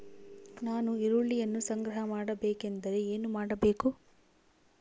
ನಾನು ಈರುಳ್ಳಿಯನ್ನು ಸಂಗ್ರಹ ಮಾಡಬೇಕೆಂದರೆ ಏನು ಮಾಡಬೇಕು?